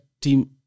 team